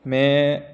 में